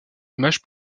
image